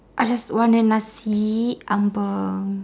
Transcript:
I just want a nasi ambeng